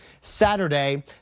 Saturday